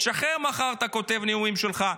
תשחרר מחר את כותב הנאומים שלך.